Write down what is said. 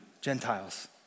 Gentiles